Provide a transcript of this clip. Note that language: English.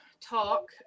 talk